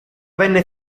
venne